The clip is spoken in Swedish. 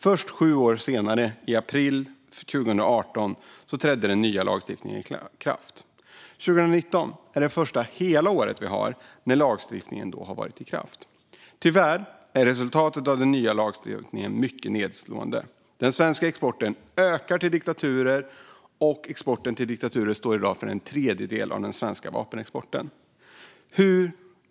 Först sju år senare, i april 2018, trädde den nya lagstiftningen i kraft. År 2019 är det första hela år som lagstiftningen har varit i kraft. Tyvärr är resultatet av den nya lagstiftningen mycket nedslående. Den svenska exporten till diktaturer ökar. Exporten till diktaturer står i dag för en tredjedel av den svenska vapenexporten.